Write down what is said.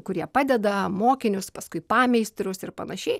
kurie padeda mokinius paskui pameistrius ir panašiai